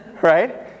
right